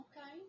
Okay